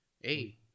Hey